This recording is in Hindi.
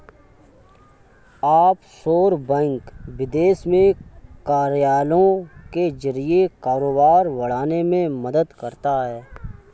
ऑफशोर बैंक विदेश में कार्यालयों के जरिए कारोबार बढ़ाने में मदद करता है